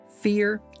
Fear